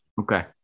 Okay